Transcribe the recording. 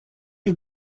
you